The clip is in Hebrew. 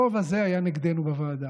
הרוב הזה היה נגדנו בוועדה.